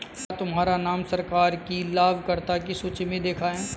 क्या तुम्हारा नाम सरकार की लाभकर्ता की सूचि में देखा है